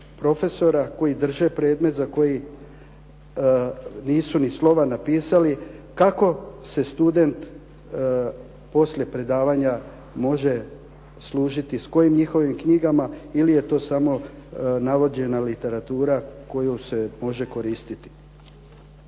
profesora koji drže predmet za koji nisu ni slova napisali kako se student poslije predavanja može služiti s kojim njihovim knjigama ili je to samo navođena literatura kojom se može koristiti.